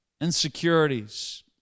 insecurities